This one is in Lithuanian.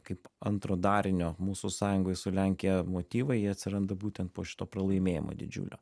kaip antro darinio mūsų sąjungoj su lenkija motyvai jie atsiranda būtent po šito pralaimėjimo didžiulio